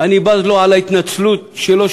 אני בז לו על ההתנצלות שלו,